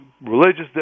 Religious